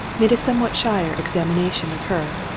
made a somewhat shyer examination of her.